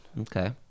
Okay